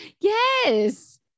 Yes